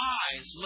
eyes